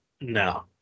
no